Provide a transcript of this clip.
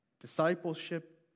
discipleship